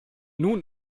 nun